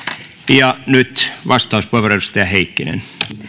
nyt vastauspuheenvuoro edustaja heikkinen